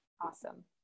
Awesome